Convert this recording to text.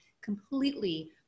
completely